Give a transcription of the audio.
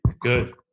Good